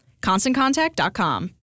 ConstantContact.com